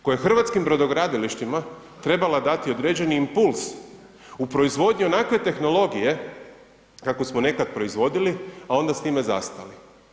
Koje hrvatskim brodogradilištima trebala dati određeni impuls u proizvodnji onakve tehnologije kakvu smo nekad proizvodili, a onda s time zastali.